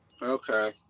Okay